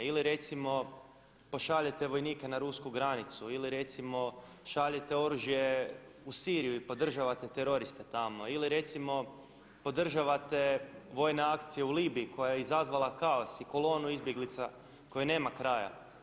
Ili recimo pošaljete vojnike na rusku granicu, ili recimo šaljete oružje u Siriju i podržavate teroriste tamo, ili recimo podržavate vojne akcije u Libiji koja je izazvala kaos i kolonu izbjeglica kojoj nema kraja.